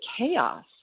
chaos